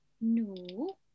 No